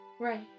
Right